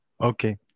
Okay